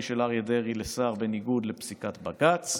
של אריה לדרעי לשר בניגוד לפסיקת בג"ץ,